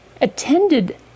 attended